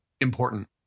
important